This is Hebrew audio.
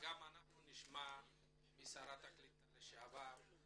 נשמע משרת הקליטה לשעבר,